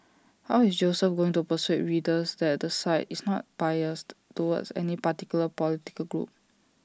how is Joseph going to persuade readers that the site is not biased towards any particular political group